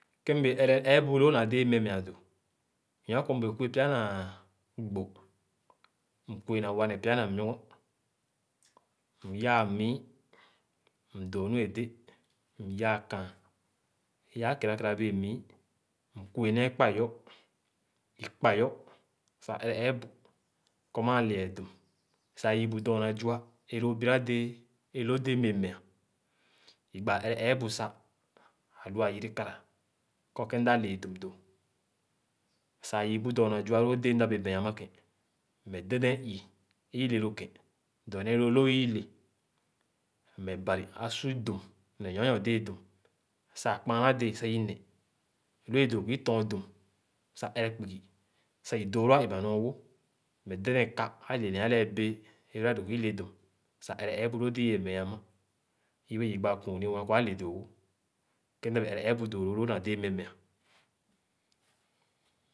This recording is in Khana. Kẽ mbẽẽ ẽrẽ ẽẽbu lõõ na dẽẽ memea dó nɔr kɔ mbẽẽ kue pya na gbò, m̃ kue na wa ne pya na muogɔ. Myãã mii, mdõõ nu éde, myaa kããn, yaa kera kera bẽẽ muu; m̃ kue nẽẽ kpa-yɔ, i kpa-yɔ sah ẽrẽ ẽẽbu kɔ mãã lea dum sah yii bu dɔɔna zua é lõõ biru dẽẽ é loo déé mbẽẽ meà I gbãã ẽrẽ ẽẽbu sah, alu á yere kara kɔ kẽ mda leè dum dõ sah yii bu dɔɔna zua lõ déé mda bẽẽ mea ãmã kẽ, meh dɛdɛɛn ii é í le lõ ké dɔrnee lõõ lo'o’ ii le, meh Bari ã su dum ne nyor-nyor déé dum sah ã kpããna dẽẽ sah i neh lõ ẽ dõõ kɔ i lɔ̃n dum sah ẽrẽ kpugi sah i dõõ lõ ã emà-nyor wo; meh dɛdɛ̃ɛn ka ãle ne ãle bẽẽ é lo dõõ kɔ i le dum. Sah ẽrẽ ẽẽbu lõõ dẽẽ i bẽẽ mea ãmã. Yibe gbãã kuuni mue kɔ ãle dõõ-wo. Kẽ mda bẽẽ ẽrẽ ẽẽbu dõõlõ lõõ na déé memea.